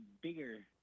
bigger